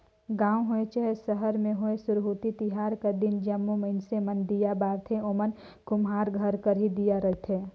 गाँव होए चहे सहर में होए सुरहुती तिहार कर दिन जम्मो मइनसे मन दीया बारथें ओमन कुम्हार घर कर ही दीया रहथें